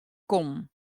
kommen